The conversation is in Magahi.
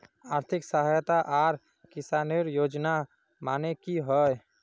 आर्थिक सहायता आर किसानेर योजना माने की होय?